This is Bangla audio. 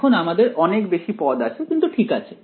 এখন আমাদের অনেক বেশি পদ আছে কিন্তু ঠিক আছে